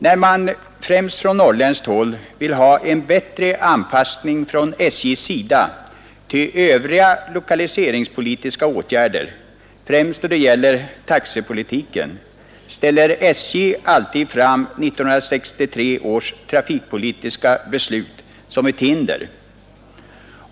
När man särskilt från norrländskt håll vill ha en bättre anpassning från SJ:s sida till övriga lokaliseringspolitiska åtgärder främst då det gäller taxepolitiken ställer SJ alltid fram 1963 års trafikpolitiska beslut som ett hinder.